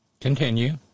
Continue